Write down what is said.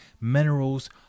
minerals